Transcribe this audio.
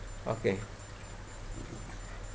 okay